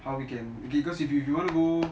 how we can because if you if you want to go